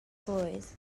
blwydd